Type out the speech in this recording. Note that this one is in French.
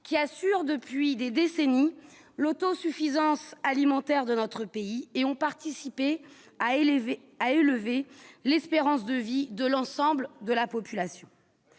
qui assurent depuis des décennies l'autosuffisance alimentaire de notre pays, et ont participé à élever à élever l'espérance de vie de l'ensemble de la population,